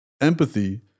empathy